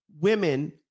women